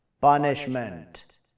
punishment